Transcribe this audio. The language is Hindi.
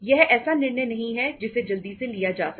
यह ऐसा निर्णय नहीं है जिसे जल्दी से लिया जा सके